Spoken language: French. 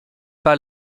pas